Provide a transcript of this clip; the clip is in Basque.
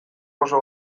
oso